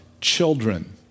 children